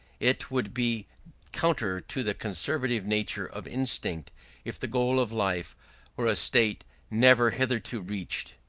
it would be counter to the conservative nature of instinct if the goal of life were a state never hitherto reached.